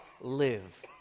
live